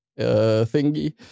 thingy